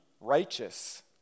righteous